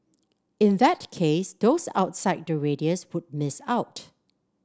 in that case those outside the radius would miss out